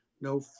No